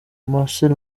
marcel